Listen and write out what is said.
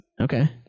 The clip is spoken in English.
Okay